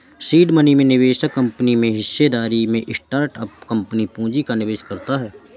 seed money में निवेशक company में हिस्सेदारी में स्टार्टअप कंपनी में पूंजी का निवेश करता है